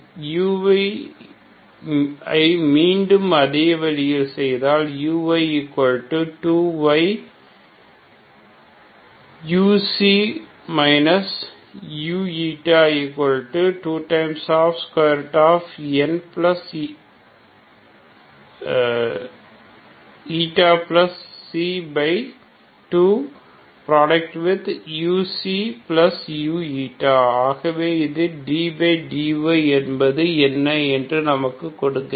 uy ஐ மீண்டும் அதே வழியில் செய்தால் uy2yuu22uu ஆகவே இது ddy என்பது என்ன என்று நமக்கு கொடுக்கிறது